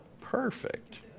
Perfect